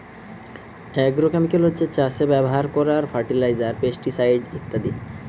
agrochemical হচ্ছে চাষে ব্যাভার কোরার ফার্টিলাইজার, পেস্টিসাইড ইত্যাদি